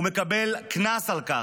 הוא מקבל קנס על כך.